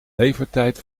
levertijd